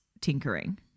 tinkering